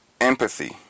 Empathy